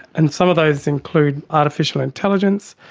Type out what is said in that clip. and some of those include artificial intelligence,